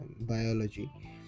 biology